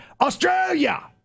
Australia